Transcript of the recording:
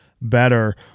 better